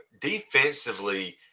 defensively